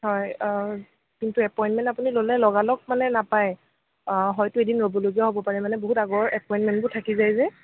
হয় কিন্তু এপইণ্টমেণ্ট আপুনি ল'লে লগালগ মানে নাপায় হয়তো এদিন ৰ'বলগীয়াও হ'ব পাৰে মানে বহুত আগৰ এপইণ্টমেণ্টবোৰ থাকি যায় যে